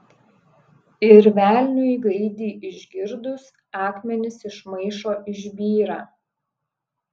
ir velniui gaidį išgirdus akmenys iš maišo išbyra